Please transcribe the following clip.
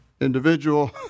individual